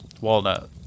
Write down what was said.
Walnut